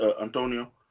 Antonio